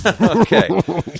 Okay